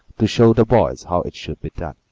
to show the boys how it should be done.